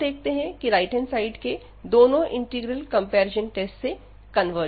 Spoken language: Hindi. यहां हम देखते हैं की राइट हैंड साइड के दोनों इंटीग्रल कंपैरिजन टेस्ट से कन्वर्जेंट है